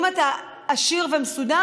אם אתה עשיר ומסודר,